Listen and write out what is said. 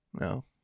No